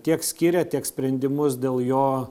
tiek skiria tiek sprendimus dėl jo